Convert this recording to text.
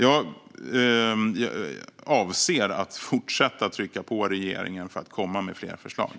Jag avser att fortsätta att trycka på regeringen för att man ska komma med fler förslag.